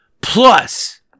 plus